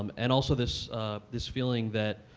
um and also this this feeling that,